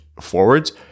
forwards